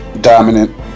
dominant